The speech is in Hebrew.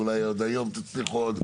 ואולי עוד היום תצליחו עוד,